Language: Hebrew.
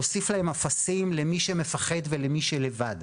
להוסיף להם אפסים לכל מי שמפחד ולכל מי שלבד.